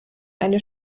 eine